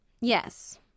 Yes